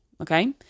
okay